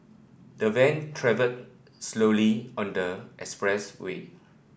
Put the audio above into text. the van travelled slowly on the expressway